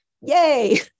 Yay